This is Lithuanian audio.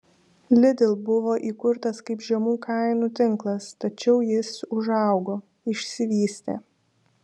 lidl buvo įkurtas kaip žemų kainų tinklas tačiau jis užaugo išsivystė